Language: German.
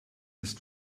ist